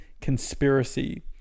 Conspiracy